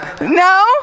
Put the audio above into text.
No